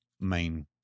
main